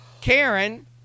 Karen